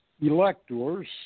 electors